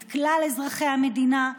את כלל אזרחי המדינה,